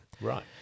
right